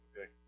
okay